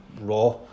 raw